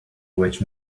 which